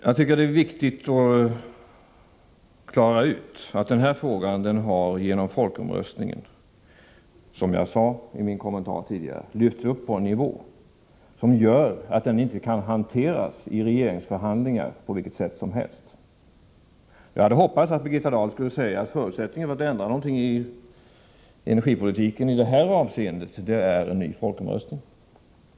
Jag tycker att det är viktigt att klara ut att den här frågan genom folkomröstningen har som jag sade i min kommentar tidigare, lyfts upp på en nivå där den inte kan hanteras på vilket sätt som helst i regeringsförhandlingar. Jag hade hoppats att Birgitta Dahl skulle säga att förutsättningen för att man skall kunna ändra någonting i energipolitiken i det här avseendet är en ny folkomröstning.